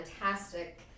fantastic